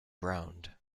ground